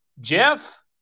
Jeff